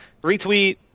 Retweet